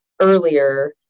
earlier